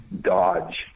dodge